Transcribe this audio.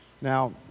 Now